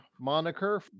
moniker